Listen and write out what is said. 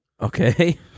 Okay